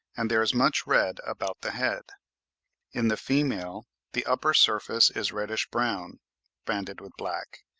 and there is much red about the head in the female the upper surface is reddish-brown banded with black,